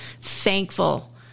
thankful